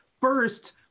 First